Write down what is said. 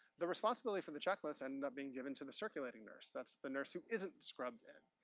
the responsibility for the checklist ended up being given to the circulating nurse. that's the nurse who isn't scrubbed in.